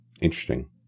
Interesting